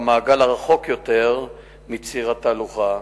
במעגל הרחוק יותר מציר התהלוכה.